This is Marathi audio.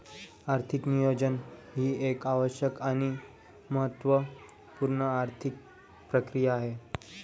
आर्थिक नियोजन ही एक आवश्यक आणि महत्त्व पूर्ण आर्थिक प्रक्रिया आहे